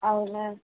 అవునా